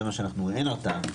אין הרתעה,